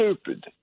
stupid